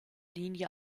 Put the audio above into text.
linie